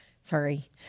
Sorry